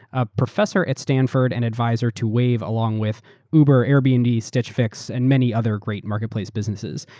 a professor at stanford and advisor to wave, along with uber, airbnb, stitch fix, and many other great marketplace businesses.